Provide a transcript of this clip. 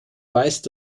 weist